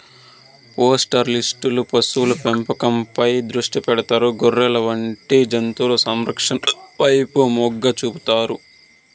పాస్టోరలిస్టులు పశువుల పెంపకంపై దృష్టి పెడతారు, గొర్రెలు వంటి జంతువుల సంరక్షణ వైపు మొగ్గు చూపుతారు